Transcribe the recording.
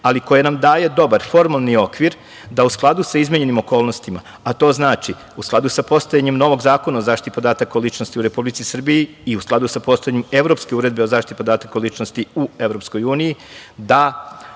ali koja nam daje dobar formalni okvir da u skladu sa izmenjenim okolnostima, a to znači u skladu sa postojanjem novog Zakona o zaštiti podataka o ličnosti u Republici Srbiji i u skladu sa postojanjem Evropske uredbe o zaštiti podataka o ličnosti u EU, da